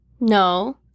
no